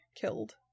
killed